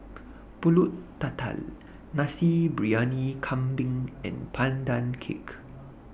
Pulut Tatal Nasi Briyani Kambing and Pandan Cake